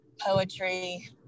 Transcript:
Poetry